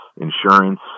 insurance